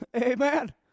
Amen